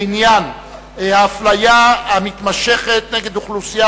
בעניין האפליה המתמשכת נגד האוכלוסייה